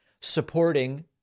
supporting